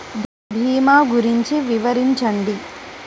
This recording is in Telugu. భీమా గురించి వివరించండి?